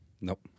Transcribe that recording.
Nope